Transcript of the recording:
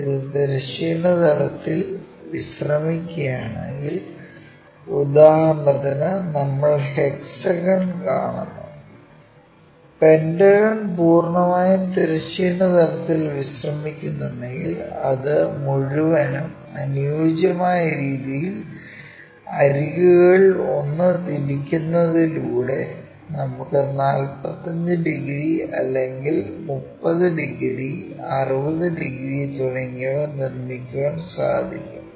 ഇത് തിരശ്ചീന തലത്തിൽ വിശ്രമിക്കുകയാണെങ്കിൽ ഉദാഹരണത്തിന് നമ്മൾ ഹെക്സഗൺ കാണുന്നു പെന്റഗൺ പൂർണ്ണമായും തിരശ്ചീന തലത്തിൽ വിശ്രമിക്കുന്നുണ്ടെങ്കിൽ അത് മുഴുവനും അനുയോജ്യമായ രീതിയിൽ അരികുകളിൽ ഒന്ന് തിരിക്കുന്നതിലൂടെ നമുക്ക് 45 ഡിഗ്രി അല്ലെങ്കിൽ 30 ഡിഗ്രി 60 ഡിഗ്രി തുടങ്ങിയവ നിർമിക്കാൻ സാധിക്കും